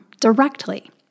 directly